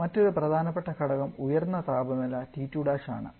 മറ്റൊരു പ്രധാനപ്പെട്ട ഘടകം ഉയർന്ന താപനില T2 ആണ്